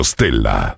Stella